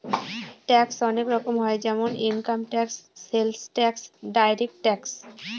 tax অনেক রকম হয় যেমন income tax, sales tax, direct tax